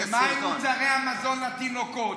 ומה עם מוצרי המזון לתינוקות?